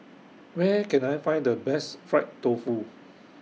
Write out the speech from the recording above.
Where Can I Find The Best Fried Tofu